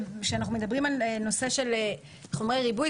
כאשר אנחנו מדברים על נושא של חומרי ריבוי,